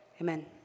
Amen